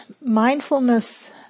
mindfulness